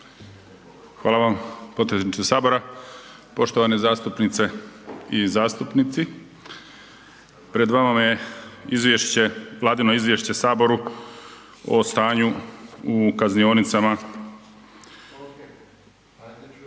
Hvala vam potpredsjedniče Sabora. Poštovane zastupnice i zastupnici. Pred vama Vladino izvješće Saboru o stanju u kaznionicama,